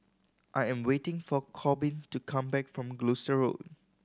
I am waiting for Corbin to come back from Road